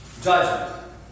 Judgment